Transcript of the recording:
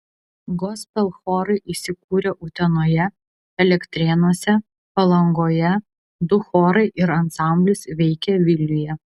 gospel chorai įsikūrę utenoje elektrėnuose palangoje du chorai ir ansamblis veikia vilniuje